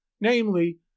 namely